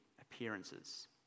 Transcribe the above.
appearances